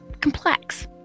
complex